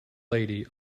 lady